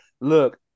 look